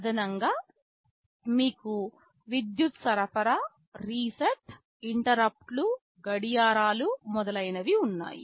అదనంగా మీకు విద్యుత్ సరఫరా రీసెట్ఇంటరుప్పుట్లు గడియారాలు మొదలైనవి ఉన్నాయి